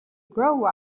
grow